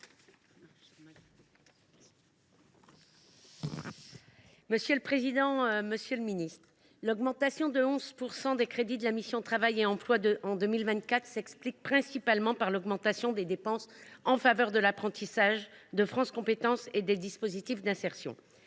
Monsieur le président, monsieur le ministre, mes chers collègues, l’augmentation de 11 % des crédits de la mission « Travail et emploi » en 2024 s’explique principalement par l’augmentation des dépenses en faveur de l’apprentissage, de France Compétences et des dispositifs d’insertion.